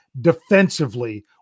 defensively